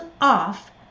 off